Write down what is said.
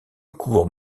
cours